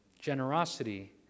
Generosity